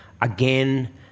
again